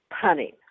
punning